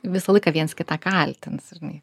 visą laiką viens kitą kaltins žinai